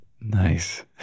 Nice